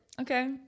Okay